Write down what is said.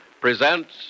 Presents